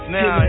Now